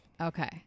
Okay